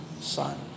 son